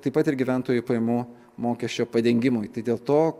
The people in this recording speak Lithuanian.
taip pat ir gyventojų pajamų mokesčio padengimui tai dėl to